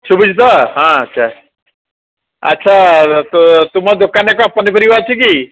ଶୁଭୁଚି ତ ହଁ ଆଚ୍ଛା ଆଚ୍ଛା ତ ତୁମ ଦୋକାନରେ କ'ଣ ପନିପରିବା ଅଛି କି